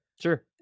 Sure